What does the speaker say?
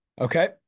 Okay